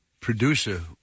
producer